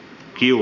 ciu